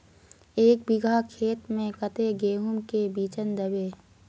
एक बिगहा खेत में कते गेहूम के बिचन दबे?